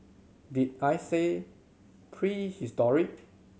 did I say prehistoric